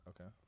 Okay